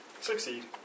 Succeed